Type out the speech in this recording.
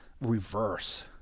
reverse